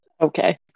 Okay